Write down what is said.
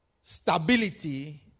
stability